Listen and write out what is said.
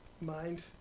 mind